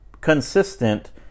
consistent